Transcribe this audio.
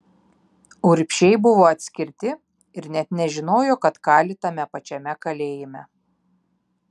urbšiai buvo atskirti ir net nežinojo kad kali tame pačiame kalėjime